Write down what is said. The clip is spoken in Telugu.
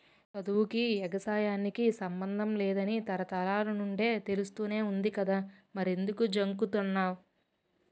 సదువుకీ, ఎగసాయానికి సమ్మందం లేదని తరతరాల నుండీ తెలుస్తానే వుంది కదా మరెంకుదు జంకుతన్నావ్